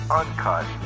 uncut